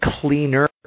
cleaner